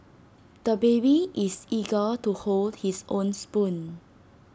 the baby is eager to hold his own spoon